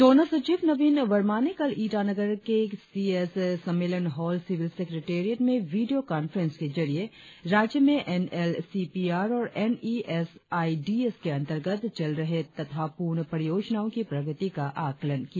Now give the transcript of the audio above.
donor सचिव नवीन वर्मा ने कल ईटानगर के सी एस सम्मेलन हॉल सिविल सेक्रेटेरियत में वीडियों कॉन्फ्रेंस के जरिए राज्य में N L C P R और N E S I D S के अंतर्गत चल रहे तथा पूर्ण परियोजनाओं की प्रगति का आकलन किया